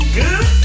good